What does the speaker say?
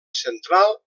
central